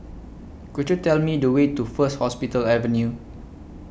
Could YOU Tell Me The Way to First Hospital Avenue